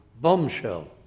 bombshell